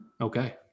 Okay